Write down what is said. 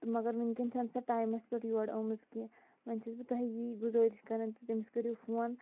تہٕ مگر وُنکٮ۪ن چھََنہٕ سۄ ٹایمَس پٮ۪ٹھ یور آمٕژ کیٚنٛہہ وۄنۍ چھَس تہی گُذٲرِش کَران تٔمِس کٔرِو فون